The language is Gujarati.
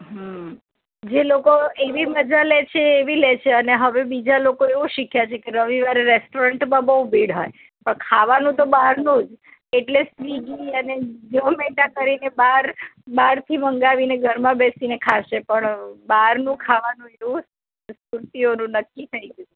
હં જે લોકો એવી મજા લેછે એ એવી લેછે અને હવે બીજા લોકો એવું શીખ્યા છેકે રવિવારે રેસ્ટોરન્ટમાં બહુ ભીડ હોય પણ ખાવાનું તો બહારનું જ એટલે સ્વિગી અને ઝોમેટા કરીને બહાર બહારથી મંગાવીને ઘરમાં બેસીને ખાશે પણ બહારનું ખાવાનું સુરતીઓનું નક્કી થઈ ગયું